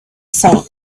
saint